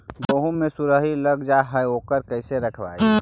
गेहू मे सुरही लग जाय है ओकरा कैसे रखबइ?